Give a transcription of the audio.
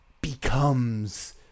becomes